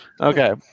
Okay